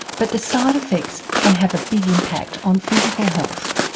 but the side effects can have a big impact on physical health.